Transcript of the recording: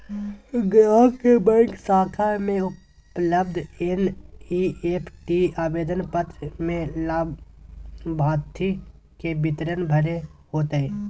ग्राहक के बैंक शाखा में उपलब्ध एन.ई.एफ.टी आवेदन पत्र में लाभार्थी के विवरण भरे होतय